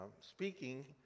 speaking